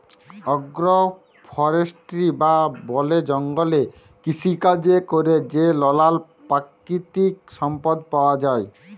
agro forestry বা বলে জঙ্গলে কৃষিকাজে ক্যরে যে লালাল পাকিতিক সম্পদ পাউয়া যায়